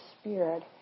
Spirit